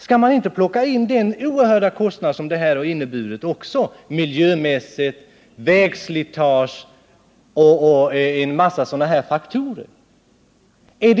Skall man inte ta in också de mycket stora kostnaderna miljömässigt, för vägslitage och för en mängd sådana faktorer?